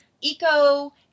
Eco